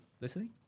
listening